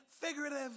figurative